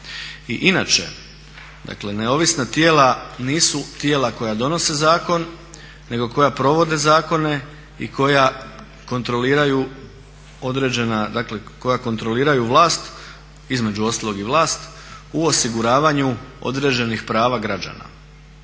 dakle neovisna tijela nisu tijela koja donose zakon, nego koja provode zakone i koja kontroliraju određena, koja kontroliraju vlast između ostalog i vlast u osiguravanju određenih prava građana.